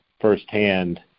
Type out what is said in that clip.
firsthand